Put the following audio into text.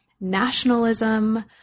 nationalism